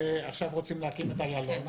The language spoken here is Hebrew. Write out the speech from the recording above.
ועכשיו רוצים להקים את איילון,